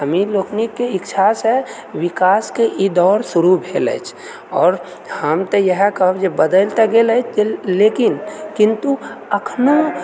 हमही लोकनिकके इच्छासँ विकासके ई दौड़ शुरू भेल अछि आओर हम तऽ इएह कहब जे बदलि तऽ गेल अछि लेकिन किन्तु अखनो